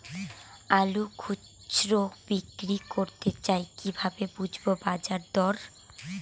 আলু খুচরো বিক্রি করতে চাই কিভাবে বুঝবো বাজার দর?